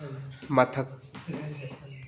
ꯃꯊꯛ